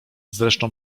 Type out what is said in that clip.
zresztą